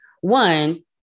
One